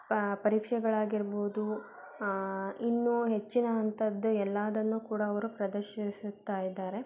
ಪರೀಕ್ಷೆಗಳಾಗಿರ್ಬೌದು ಇನ್ನೂ ಹೆಚ್ಚಿನ ಅಂಥದ್ದು ಎಲ್ಲದನ್ನು ಕೂಡ ಅವರು ಪ್ರದರ್ಶಿಸುತ್ತಾ ಇದ್ದಾರೆ